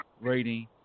rating